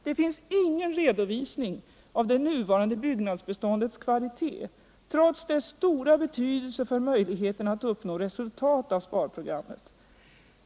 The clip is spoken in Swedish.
Där finns ingen redovisning av det nuvarande byggnadsbeståndets kvalitet, trots dess stora betydelse för möjligheterna att uppnå resultat av sparprogrammet.